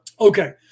Okay